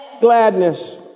gladness